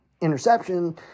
interception